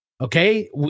okay